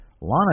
Lana